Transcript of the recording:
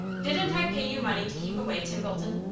didn't i pay you money to keep away, tim bolton?